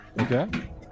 Okay